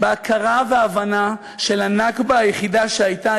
בהכרה ובהבנה של הנכבה היחידה שהייתה,